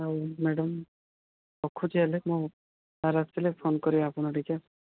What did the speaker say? ଆଉ ମ୍ୟାଡାମ୍ ରଖୁଛି ହେଲେ ସାରେ ଆସିଲେ ଫୋନ୍ କରିବେ ଆପଣ ଟିକେ